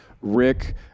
rick